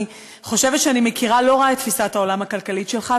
אני חושבת שאני מכירה לא רע את תפיסת העולם הכלכלית שלך,